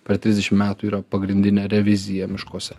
per trisdešim metų yra pagrindinė revizija miškuose